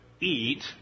eat